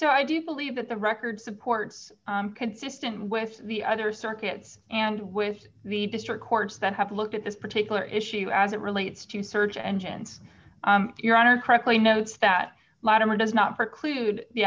so i do believe that the record supports consistent with the other circuits and with the district courts that have looked at this particular issue as it relates to search engines your honor correctly notes that lattimer does not preclude the